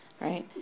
right